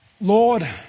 Lord